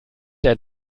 der